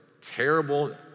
terrible